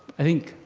i think,